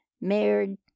married